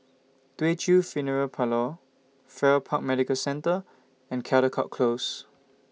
Teochew Funeral Parlour Farrer Park Medical Centre and Caldecott Close